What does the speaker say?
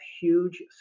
huge